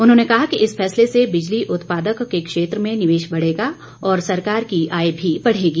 उन्होंने कहा कि इस फैसले से बिजली उत्पादक के क्षेत्र में निवेश बढ़ेगा और सरकार की आय भी बढ़ेगी